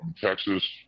Texas